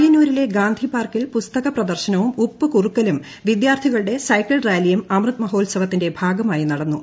പയ്യന്നൂരിലെ ഗാന്ധിപാർക്കിൽ പുസ്തക പ്രദർശനവും ഉപ്പു കുറു ക്കലും വിദ്യാർഥികളുടെ സൈക്കിൾ റാലിയും അമൃത് മഹോ ത്സവത്തിന്റെ ഭാഗമായി നടന്നു